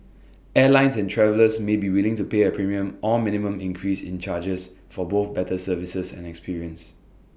airlines and travellers may be willing to pay A premium or minimum increase in charges for both better services and experience